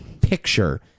picture